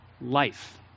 life